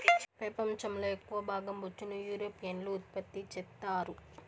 పెపంచం లో ఎక్కవ భాగం బొచ్చును యూరోపియన్లు ఉత్పత్తి చెత్తారు